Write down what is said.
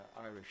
Irish